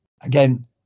Again